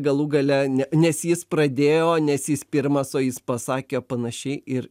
galų gale ne nes jis pradėjo nes jis pirmas o jis pasakė panašiai ir